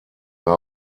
war